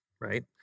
Right